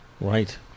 right